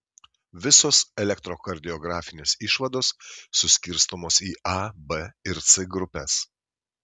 visos elektrokardiografinės išvados suskirstomos į a b ir c grupes